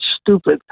stupid